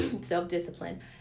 self-discipline